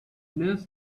nurse